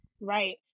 right